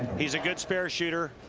he's a good spare shooter,